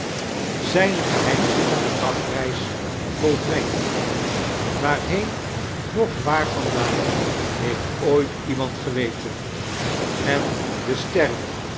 zijne geheiimzinnige dagreis volbrengt waarheen nooh waar vandaan heeft ooiifc ieimaind geweten en de sterren